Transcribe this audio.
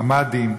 הממ"דים,